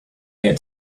had